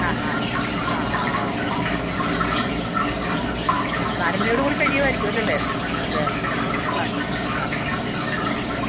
ആ അ ആ ആ ഓക്കെ ഓക്കെ ആ ആ നാലുമണിയോടു കൂടി കഴിയുമായിരിക്കുമല്ലോ അല്ലെ ആ അതെ അ ആ ആ